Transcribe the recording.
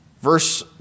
Verse